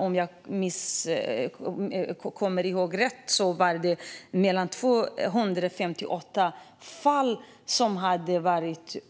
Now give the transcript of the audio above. Om jag minns rätt hade det i 258 fall av 500 utförts